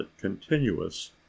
continuous